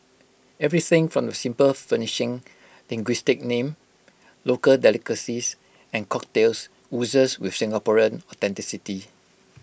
everything from the simple furnishing linguistic name local delicacies and cocktails oozes with Singaporean authenticity